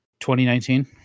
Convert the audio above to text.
2019